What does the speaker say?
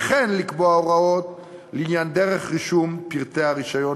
וכן לקבוע הוראות לעניין דרך רישום פרטי הרישיון